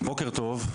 בוקר טוב,